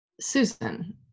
Susan